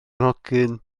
nhocyn